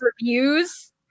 reviews